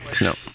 No